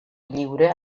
lliure